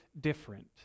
different